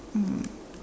mm